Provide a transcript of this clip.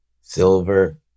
silver